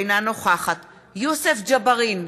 אינה נוכחת יוסף ג'בארין,